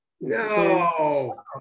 No